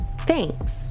Thanks